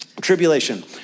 tribulation